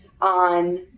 on